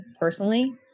personally